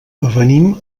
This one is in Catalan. venim